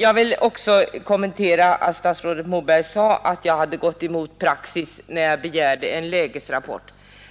Jag vill också kommentera statsrådet Mobergs uttalande att jag hade gått emot praxis när jag begärde en lägesrapport,